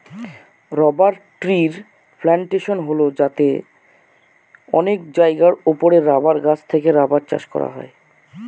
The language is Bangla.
রবার ট্রির প্লানটেশন হল যাতে অনেক জায়গার ওপরে রাবার গাছ থেকে রাবার চাষ করা হয়